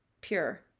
pure